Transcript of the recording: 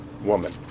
woman